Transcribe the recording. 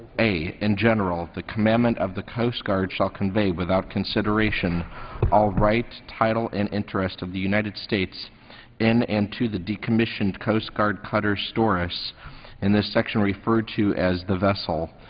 a, in general, the commandment of the coast guard shall convey without consideration all right, title, and interest of the united states in and to the decommissioned coast guard cutter storis in the section referred to as the vessel,